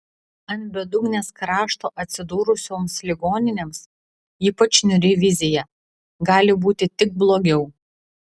ant bedugnės krašto atsidūrusioms ligoninėms ypač niūri vizija gali būti tik blogiau